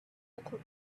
little